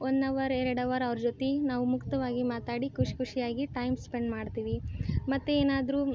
one hour ಎರಡು hour ಅವ್ರ ಜೊತೆ ನಾವು ಮುಕ್ತವಾಗಿ ಮಾತಾಡಿ ಖುಷಿ ಖುಷಿಯಾಗಿ ಟೈಮ್ ಸ್ಪೆಂಡ್ ಮಾಡ್ತೀವಿ ಮತ್ತು ಏನಾದರೂ